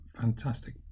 fantastic